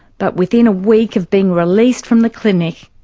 but within a week of being released from the clinic,